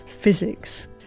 physics